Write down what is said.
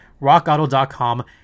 RockAuto.com